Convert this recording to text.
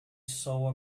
saw